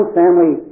family